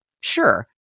sure